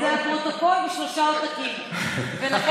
זה לפרוטוקול בשלושה עותקים.